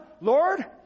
Lord